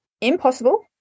impossible